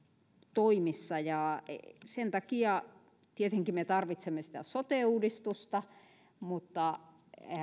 toimissa ja sen takia tietenkin me tarvitsemme sitä sote uudistusta mutta